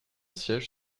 siège